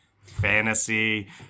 fantasy